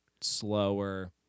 slower